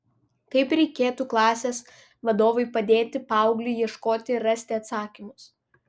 kaip reikėtų klasės vadovui padėti paaugliui ieškoti ir rasti atsakymus